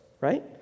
right